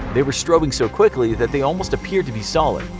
they were strobing so quickly that they almost appeared to be solid.